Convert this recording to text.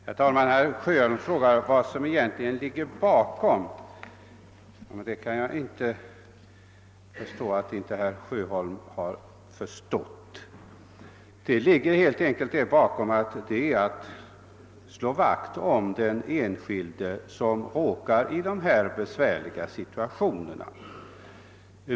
Herr talman! Herr Sjöholm frågade vad som egentligen ligger bakom min ståndpunkt, men det kan jag inte begripa att han inte förstått. Det gäller helt enkelt att slå vakt om den enskilde som råkar i dessa besvärliga situationer.